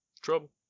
Trouble